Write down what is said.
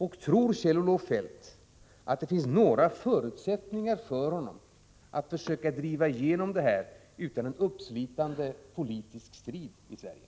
Och tror Kjell-Olof Feldt att det finns några förutsättningar för honom att försöka driva igenom detta utan en uppslitande politisk strid i Sverige?